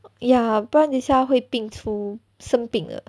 ya 不然等一下会病出生病的